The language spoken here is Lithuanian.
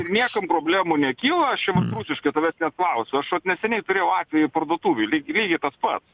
ir niekam problemų nekyla aš jam vat rusiškai tavęs net klausiu aš vat neseniai turėjau atvejį parduotuvėj lyg lygiai tas pats